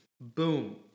Boom